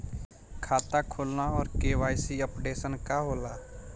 खाता खोलना और के.वाइ.सी अपडेशन का होला?